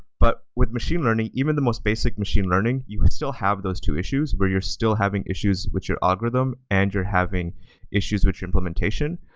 but with machine learning, even the most basic machine learning, you would still have those two issues, where you're still having issues which are algorithm and you're having issues which are implementation.